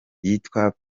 yitwa